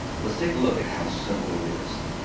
let's take a look at how simple it is.